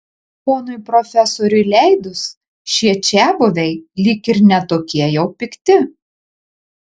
ponui profesoriui leidus šie čiabuviai lyg ir ne tokie jau pikti